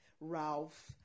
Ralph